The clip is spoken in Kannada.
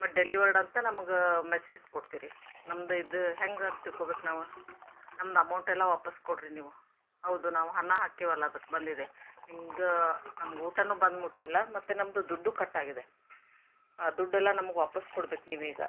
ಮತ್ತು ಡೆಲಿವರ್ಡ್ ಅಂತ ನಮ್ಗೆ ಮೆಸೇಜ್ ಕೊಡ್ತೀರಿ ನಮ್ದು ಇದು ಹೆಂಗೆ ಅಂತ ತಿಳ್ಕೋಬೇಕ್ ನಾವು ನಮ್ದು ಅಮೌಂಟೆಲ್ಲ ವಾಪಸ್ಸು ಕೊಡಿರಿ ನೀವು ಹೌದು ನಾವು ಹಣ ಹಾಕ್ತೀವಲ್ಲ ಅದಕ್ಕೆ ಬಂದಿದೆ ನಿಮ್ಗೆ ನಮ್ಗೆ ಊಟವೂ ಬಂದು ಮುಟ್ಟಿಲ್ಲ ಮತ್ತು ನಮ್ಮದು ದುಡ್ಡು ಕಟ್ಟಾಗಿದೆ ಆ ದುಡ್ಡೆಲ್ಲ ನಮಗೆ ವಾಪಸ್ಸು ಕೊಡ್ಬೇಕು ನೀವು ಈಗ